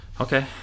okay